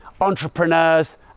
entrepreneurs